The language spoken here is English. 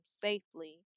safely